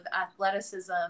athleticism